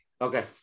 okay